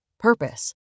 purpose